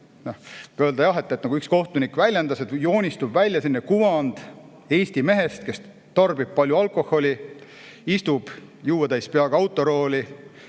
võib öelda, nagu üks kohtunik väljendas, et joonistub välja selline kuvand eesti mehest, kes tarbib palju alkoholi, istub juua täis peaga autorooli,